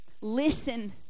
Listen